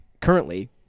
currently